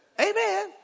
Amen